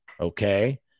okay